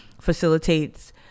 facilitates